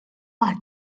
are